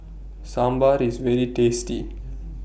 Sambar IS very tasty